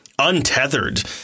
untethered